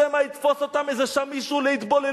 שמא יתפוס אותן שם איזה מישהו להתבוללות?